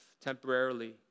temporarily